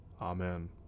Amen